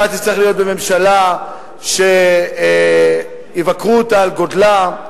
אתה תצטרך להיות בממשלה שיבקרו אותה על גודלה.